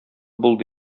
булды